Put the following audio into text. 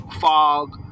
fog